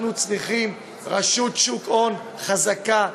אנחנו צריכים רשות שוק הון חזקה,